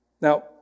Now